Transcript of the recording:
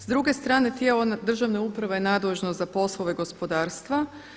S druge strane tijelo državne uprave je nadležno za poslove gospodarstva.